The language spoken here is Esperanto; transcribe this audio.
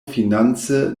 finance